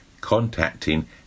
contacting